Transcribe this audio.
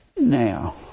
Now